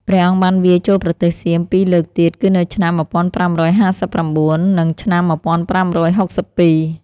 ព្រះអង្គបានវាយចូលប្រទេសសៀមពីរលើកទៀតគឺនៅឆ្នាំ ១៥៥៩ និងឆ្នាំ ១៥៦២។